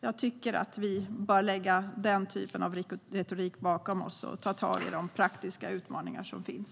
Jag tycker att vi bör lägga den typen av retorik bakom oss och ta tag i de praktiska utmaningar som finns.